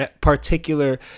particular